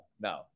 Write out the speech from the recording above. no